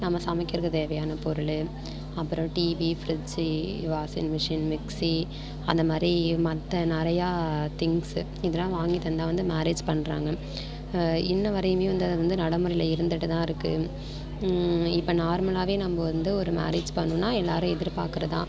நம்ம சமைக்கிறதுக்கு தேவையான பொருள் அப்புறம் TV fridge washing machine mixie அந்த மாதிரி மற்ற நிறையா திங்ஸ் இதெல்லாம் வாங்கி தந்தால் வந்து மேரேஜ் பண்ணுறாங்க இன்ன வரையுமே அதைவந்து நடைமுறையில் இருந்துட்டு தான் இருக்குது இப்போ நார்மலாகவே நம்ம வந்து ஒரு மேரேஜ் பண்ணுனா எல்லோரும் எதிர் பார்க்குறது தான்